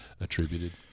attributed